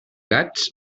gats